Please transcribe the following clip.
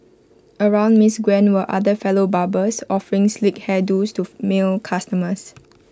around miss Gwen were other fellow barbers offering sleek hair do's to male customers